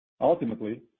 Ultimately